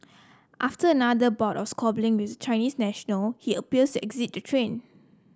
after another bout of squabbling with Chinese national he appears exit the train